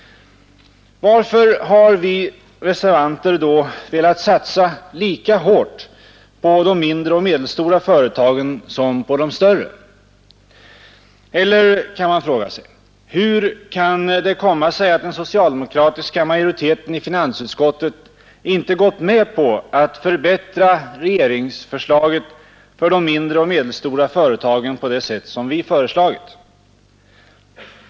Varför har vi reservanter då velat satsa lika hårt på de mindre och medelstora företagen som på de större? Eller — kan man fråga sig — hur kan det komma sig att s-majoriteten i finansutskottet inte gått med på att förbättra regeringsförslaget för de mindre och medelstora företagen på det sätt vi föreslagit?